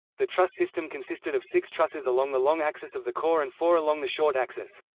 the truss system consisted of six trusses along the long axis of the core and four along the short axis.